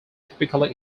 typically